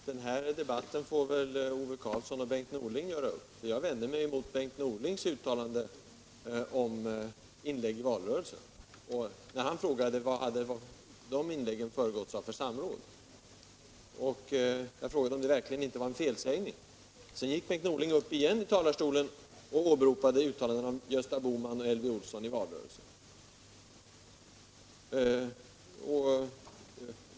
Herr talman! Den här saken får väl Ove Karlsson och Bengt Norling klara upp. Jag vände mig emot Bengt Norlings uttalande om inläggen i valrörelsen och hans fråga om vilket samråd som föregått dessa. Jag frågade om det inte rörde sig om en felsägning. Sedan gick Bengt Norling upp i talarstolen på nytt och åberopade uttalanden i valrörelsen av Gösta Bohman och Elvy Olsson.